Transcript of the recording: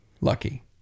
lucky